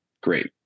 Great